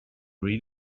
read